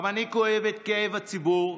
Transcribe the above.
גם אני כואב את כאב הציבור,